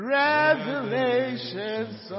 revelations